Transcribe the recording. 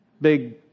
big